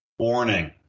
Warning